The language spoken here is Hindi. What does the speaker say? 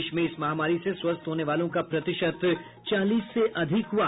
देश में इस महामारी से स्वस्थ होने वालों का प्रतिशत चालीस से अधिक हुआ